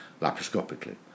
laparoscopically